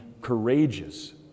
courageous